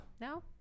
No